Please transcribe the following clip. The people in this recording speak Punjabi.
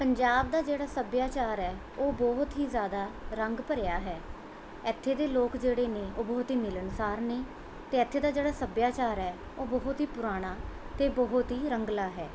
ਪੰਜਾਬ ਦਾ ਜਿਹੜਾ ਸੱਭਿਆਚਾਰ ਹੈ ਉਹ ਬਹੁਤ ਹੀ ਜ਼ਿਆਦਾ ਰੰਗ ਭਰਿਆ ਹੈ ਇੱਥੇ ਦੇ ਲੋਕ ਜਿਹੜੇ ਨੇ ਉਹ ਬਹੁਤ ਹੀ ਮਿਲਣਸਾਰ ਨੇ ਅਤੇ ਇੱਥੇ ਦਾ ਜਿਹੜਾ ਸੱਭਿਆਚਾਰ ਹੈ ਉਹ ਬਹੁਤ ਹੀ ਪੁਰਾਣਾ ਅਤੇ ਬਹੁਤ ਹੀ ਰੰਗਲਾ ਹੈ